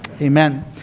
amen